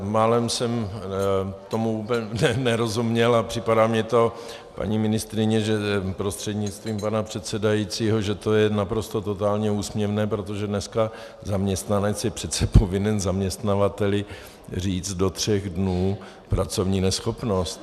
Málem jsem tomu nerozuměl a připadá mi to, paní ministryně prostřednictvím pana předsedajícího, že to je naprosto totálně úsměvné, protože dneska zaměstnanec je přece povinen zaměstnavateli říct do tří dnů pracovní neschopnost.